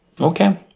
okay